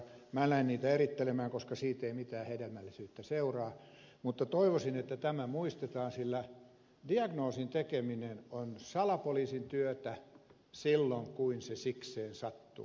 minä en lähde niitä erittelemään koska siitä ei mitään hedelmällisyyttä seuraa mutta toivoisin että tämä muistetaan sillä diagnoosin tekeminen on salapoliisin työtä silloin kun se sikseen sattuu